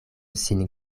sin